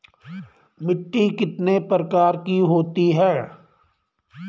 मिट्टी कितने प्रकार की होती है?